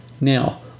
Now